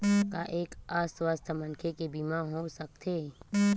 का एक अस्वस्थ मनखे के बीमा हो सकथे?